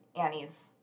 Annie's